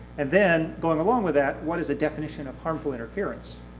and then, going along with that, what is the definition of harmful interference?